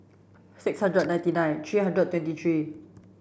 six hundred ninety nine three hundred twenty three